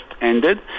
ended